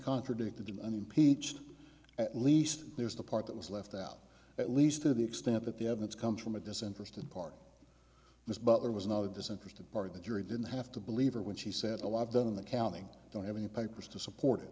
contradicted and impeached at least there's the part that was left out at least to the extent that the evidence comes from a disinterested party ms butler was not a disinterested party the jury didn't have to believe her when she said a lot of them in the county don't have any papers to support it